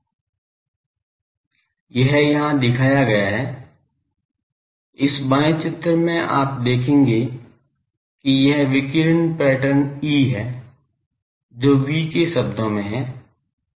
यह यहाँ दिखाया गया है इस बाएँ चित्र में आप देखेंगे कि यह विकिरण पैटर्न E है जो v के शब्दों में है